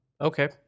Okay